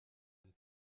and